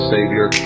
Savior